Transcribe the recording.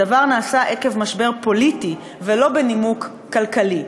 הדבר נעשה עקב משבר פוליטי ולא בנימוק כלכלי.